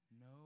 No